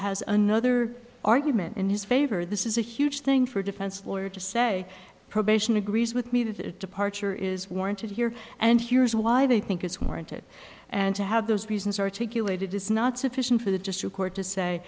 has another argument in his favor this is a huge thing for a defense lawyer to say probation agrees with me that it departure is warranted here and here's why they think it's warranted and to have those reasons articulated is not sufficient for the district court to say